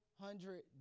hundred